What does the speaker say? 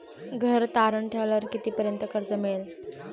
घर तारण ठेवल्यावर कितीपर्यंत कर्ज मिळेल?